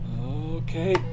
Okay